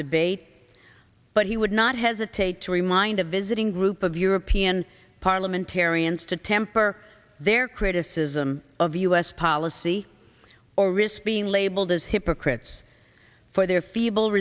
debate but he would not hesitate to remind a visiting group of european parliamentarians to temper their criticism of u s policy or risk being labeled as hypocrites for their feeble